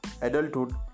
adulthood